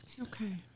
Okay